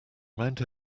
mount